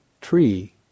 tree